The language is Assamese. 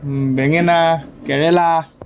বেঙেনা কেৰেলা